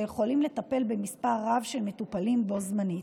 היכולים לטפל במספר רב של מטופלים בו זמנית.